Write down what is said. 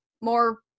more